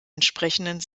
entsprechenden